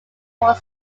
were